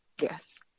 yes